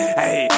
hey